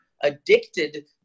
addicted